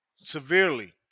severely